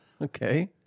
Okay